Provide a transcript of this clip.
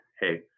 hey